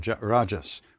rajas